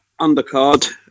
undercard